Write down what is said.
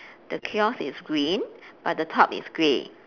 the kiosk is green but the top is grey